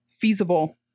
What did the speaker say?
feasible